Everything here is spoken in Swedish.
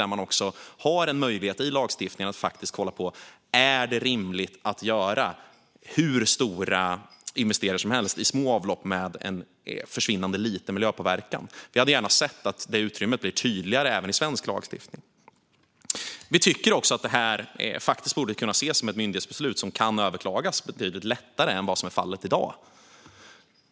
Där har man en möjlighet i lagstiftningen att kolla på om det är rimligt att göra hur stora investeringar som helst i små avlopp med försvinnande liten miljöpåverkan. Jag skulle gärna se att det utrymmet blir tydligare även i svensk lagstiftning. Vi tycker också att det här faktiskt borde kunna ses som ett myndighetsbeslut som kan överklagas betydligt lättare än vad som är fallet i dag.